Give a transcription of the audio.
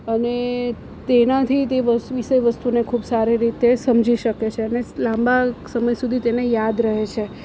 અને તેનાથી તે વિસ વિષય વસ્તુને ખૂબ સારી રીતે સમજી શકે છે અને લાંબા સમય સુધી તેને યાદ રહે છે